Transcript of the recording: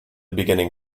beginning